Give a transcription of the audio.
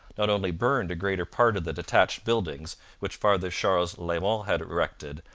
not only burned a greater part of the detached buildings which father charles lalemant had erected,